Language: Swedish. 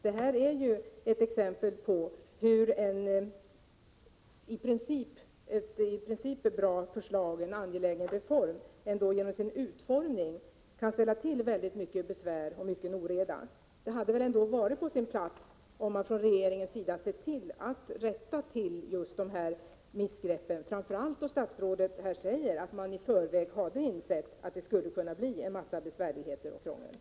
Det här är ett exempel på hur en i princip angelägen reform ändå genom sin utformning kan ställa till mycket besvär och mycken oreda. Det hade väl ändå varit på sin plats att regeringen sett till att rätta till just de här missgreppen, framför allt som statsrådet säger att man i förväg hade insett att det skulle kunna bli en massa besvärligheter och krångel.